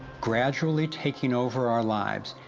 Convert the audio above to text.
gradually taking over our lives,